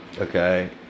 Okay